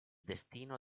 destino